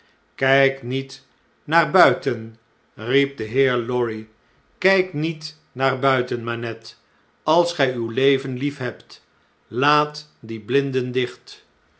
kgk niet naar buiten riep deheer lorry kijk niet naar buiten manette als gij uw leven liefhebt laat die blinden dichtl